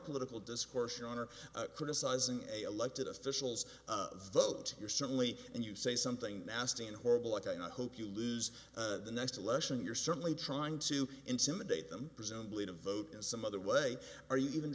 political discourse in honor criticizing a elected officials vote you're certainly and you say something nasty and horrible like i hope you lose the next election you're certainly trying to intimidate them presumably to vote in some other way are you even